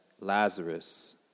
Lazarus